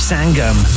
Sangam